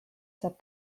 saab